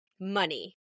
Money